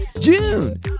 June